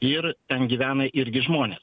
ir ten gyvena irgi žmonės